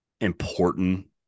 important